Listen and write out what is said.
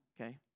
okay